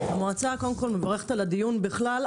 המועצה קודם כל מברכת על הדיון בכלל.